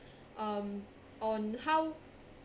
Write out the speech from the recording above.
um on how